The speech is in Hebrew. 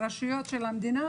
הרשויות של המדינה,